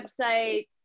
website